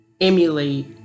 emulate